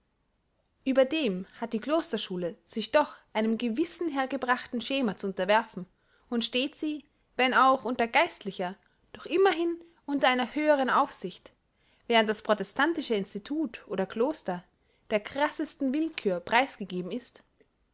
ueberdem hat die klosterschule sich doch einem gewissen hergebrachten schema zu unterwerfen und steht sie wenn auch unter geistlicher doch immerhin unter einer höheren aufsicht während das protestantische institut oder kloster der krassesten willkühr preis gegeben ist